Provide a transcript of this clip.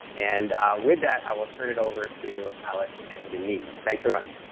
and with that, i will turn it over to alex and a nice. thanks very much.